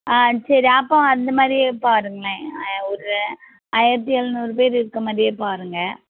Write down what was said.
ஆ சரி அப்போது அந்தமாதிரியே பாருங்களேன் ஒரு ஆயிரத்தி எழுநூறு பேர் இருக்க மாதிரியே பாருங்கள்